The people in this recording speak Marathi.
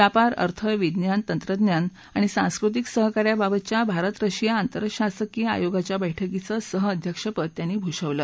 व्यापार अर्थ विज्ञान तंत्रज्ञान आणि सांस्कृतिक सहकार्याबाबतच्या भारत रशिया आंतरशासकीय आयोगाच्या बैठकीचं सहअध्यक्षपद त्यांनी भूषवलं